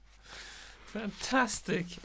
Fantastic